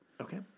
okay